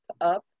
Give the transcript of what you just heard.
up